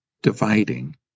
dividing